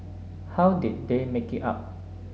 how did they make it up